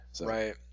right